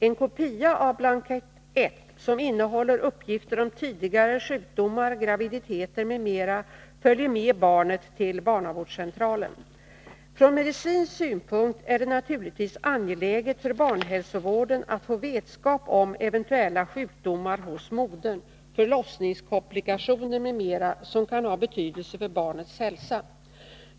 En kopia av blankett 1, som innehåller uppgifter om tidigare sjukdomar, graviditeter m.m., följer med barnet till barnavårdscentralen. Från medicinsk synpunkt är det naturligtvis angeläget för barnhälsovården att få vetskap om eventuella sjukdomar hos modern, förlossningskomplikationer m.m. som kan ha betydelse för barnets hälsa.